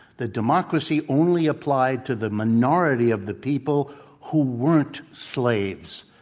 the democracy only applied to the minority of the people who weren't slaves.